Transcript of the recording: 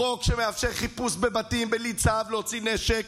החוק שמאפשר חיפוש בבתים בלי צו להוציא נשק,